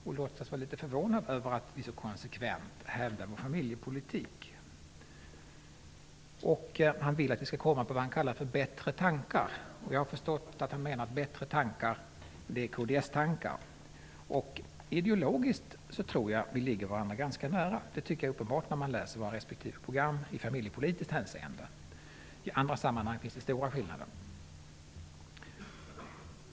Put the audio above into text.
Han låtsas vara litet förvånad över att vi så konsekvent hävdar vår familjepolitik. Han vill att vi skall komma på vad han kallar ''bättre tankar''. Jag har förstått att han menar att ''bättre tankar'' är kds-tankar. Ideologiskt tror jag att vi ligger varandra ganska nära. Det tycker jag är uppenbart när man läser våra respektive program i familjepolitiskt hänseende. I andra sammanhang finns det stora skillnader.